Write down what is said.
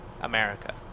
America